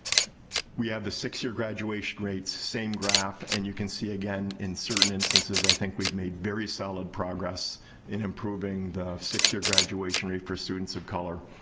we have the six-year graduation rates. same graph. and you can see, again, in certain instances, i think we've made very solid progress in improving the six-year graduation rate for students of color.